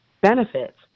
benefits